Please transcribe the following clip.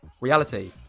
reality